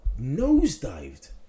nosedived